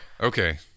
Okay